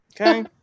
Okay